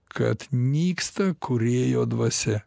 kad nyksta kūrėjo dvasia